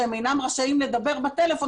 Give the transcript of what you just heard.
שהם אינם רשאים לדבר בטלפון,